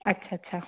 अच्छा अच्छा